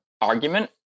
argument